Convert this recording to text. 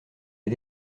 les